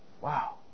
Wow